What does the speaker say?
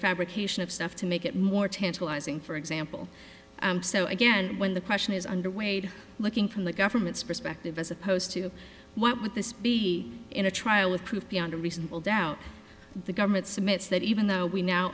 fabrication of stuff to make it more tantalizing for example so again when the question is under way did looking from the government's perspective as opposed to what would this be in a trial with proof beyond a reasonable doubt the government smits that even though we now